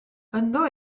ynddo